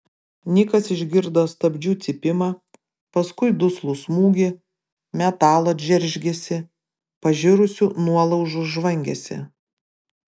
nikas išgirdo stabdžių cypimą paskui duslų smūgį metalo džeržgesį pažirusių nuolaužų žvangesį